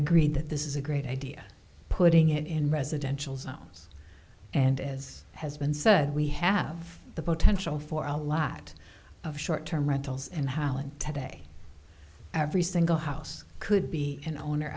agreed that this is a great idea putting it in residential zones and as has been said we have the potential for a lot of short term rentals in holland today every single house could be an owner